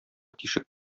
тишек